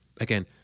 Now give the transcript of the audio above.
Again